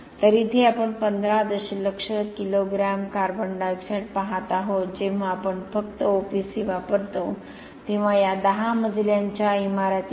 तर इथे आपण 15 दशलक्ष किलोग्रॅम कार्बन डायॉक्साइडपाहत आहोत जेव्हा आपण फक्त OPC वापरतो तेव्हा या दहा मजल्यांच्या इमारतीसाठी